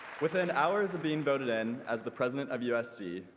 within hours of being voted in as the president of usc,